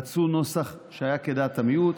רצו נוסח שהיה כדעת המיעוט.